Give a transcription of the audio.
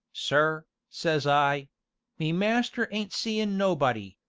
sir says i me master ain't seein nobody,